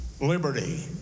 liberty